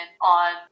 on